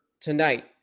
tonight